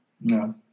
No